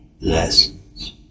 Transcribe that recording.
lessons